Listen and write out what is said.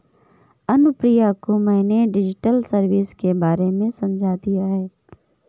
अनुप्रिया को मैंने digital service के बारे में समझा दिया है